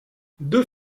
deux